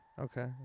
Okay